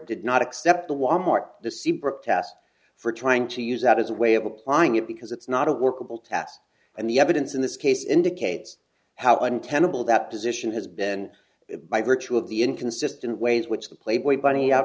did not accept the wal mart the seabrooke test for trying to use that as a way of applying it because it's not a workable tests and the evidence in this case indicates how untenable that position has been by virtue of the inconsistent ways which the playboy bunny